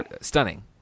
stunning